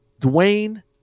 Dwayne